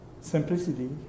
Simplicity